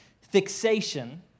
fixation